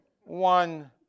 one